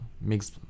mix